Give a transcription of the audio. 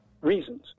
reasons